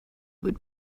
would